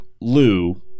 Lou